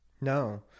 No